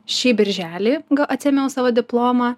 šį birželį atsiėmiau savo diplomą